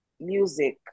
music